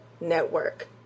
Network